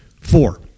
Four